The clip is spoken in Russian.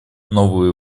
новую